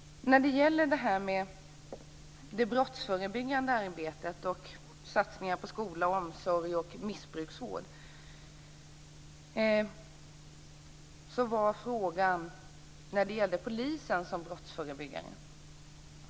När det gäller det brottsförebyggande arbetet och satsningar på skola, omsorg och missbruksvård gällde frågan polisen som brottsförebyggare.